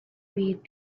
read